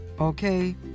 okay